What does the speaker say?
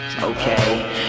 Okay